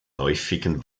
häufigen